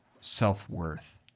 self-worth